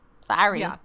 sorry